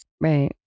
Right